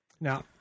Now